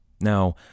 Now